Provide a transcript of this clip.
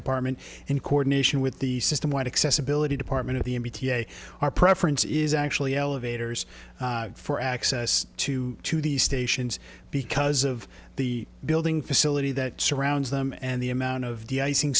department in coordination with the system what accessibility department of the n p t a our preference is actually elevators for access to to these stations because of the building facility that surrounds them and the amount of the icing